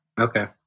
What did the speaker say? Okay